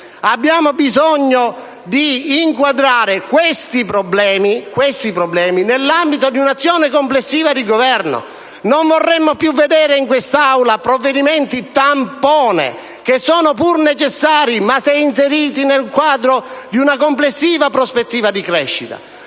Abbiamo bisogno di inquadrare questi problemi nell'ambito di un'azione complessiva di governo. Non vorremmo più vedere in quest'Aula provvedimenti tampone, che sono pur necessari, ma solo se inseriti nel quadro di una complessiva prospettiva di crescita.